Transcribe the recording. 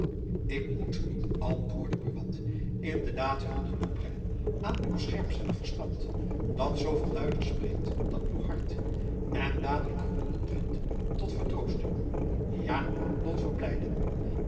ik moet antwoordde buat in de daad hulde toebrengen aan uw scherpzinnig verstand dat zooveel luider spreekt dan uw hart en dadelijk gronden vindt tot vertroosting ja tot verblijden